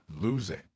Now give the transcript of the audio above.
losing